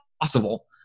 possible